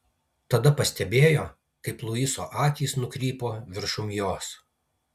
tada pastebėjo kaip luiso akys nukrypo viršum jos